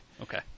Okay